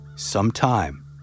Sometime